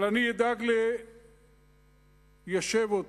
אבל אני אדאג ליישב אותם.